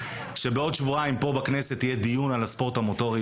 שבעוד שבועיים פה בכנסת יהיה דיון על הספורט המוטורי,